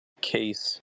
case